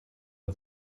der